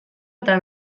eta